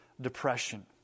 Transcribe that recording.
depression